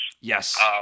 Yes